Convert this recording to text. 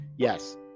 Yes